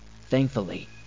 Thankfully